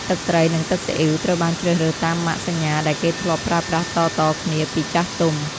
ទឹកត្រី និងទឹកស៊ីអ៊ីវត្រូវបានជ្រើសរើសតាមម៉ាកសញ្ញាដែលគេធ្លាប់ប្រើប្រាស់តៗគ្នាពីចាស់ទុំ។